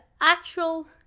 actual